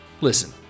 Listen